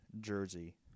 jersey